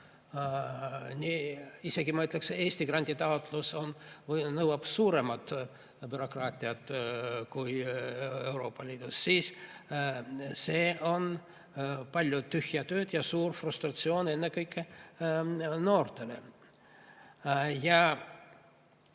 Ma isegi ütleksin, et Eesti granditaotlus nõuab suuremat bürokraatiat kui Euroopa Liidus. Ja siis see on palju tühja tööd ja suur frustratsioon ennekõike noortele.